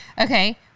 Okay